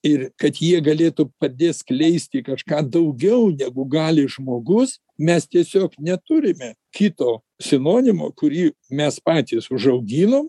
ir kad jie galėtų padėt skleisti kažką daugiau negu gali žmogus mes tiesiog neturime kito sinonimo kurį mes patys užauginom